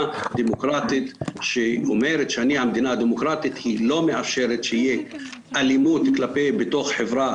דמוקרטית היא לא מאפשרת שתהיה אלימות בתוך חברה